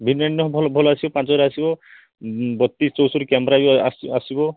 ଡିଜାଇନ୍ର ଭଲ ଭଲ ଆସିବା ପାଞ୍ଚହଜାର ଆସିବ ବତିଶି ଚଉଷଠି କ୍ୟାମେରା ବି ଆ ଆସିବ